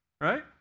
right